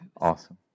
Awesome